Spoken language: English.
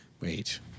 Wait